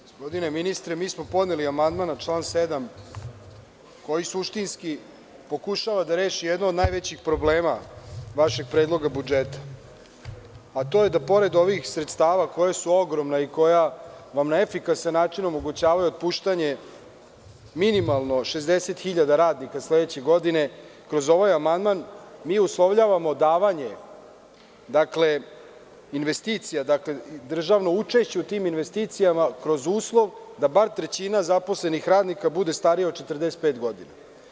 Gospodine ministre, mi smo podneli amandman na član 7. koji suštinski pokušava da reši jedan od najvećih problema vašeg predloga budžeta, a to je da pored ovih sredstava koja su ogromna i koja vam na efikasan način omogućavaju otpuštanje minimalno 60.000 radnika sledeće godine, kroz ovaj amandman mi uslovljavamo davanje investicija, državno učešće u tim investicijama kroz uslov da bar trećina zaposlenih radnika bude starija od 45 godina.